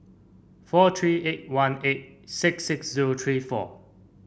four three eight one eight six six zero three four